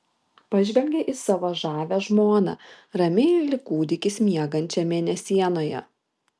pažvelgė į savo žavią žmoną ramiai lyg kūdikis miegančią mėnesienoje